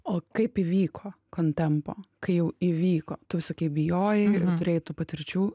o kaip įvyko kontempo kai jau įvyko tu sakei bijojai neturėjai tų patirčių